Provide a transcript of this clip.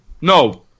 No